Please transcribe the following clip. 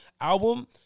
album